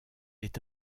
est